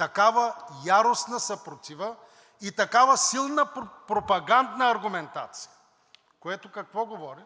такава яростна съпротива и такава силна пропагандна аргументация. Което какво говори?